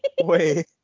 Wait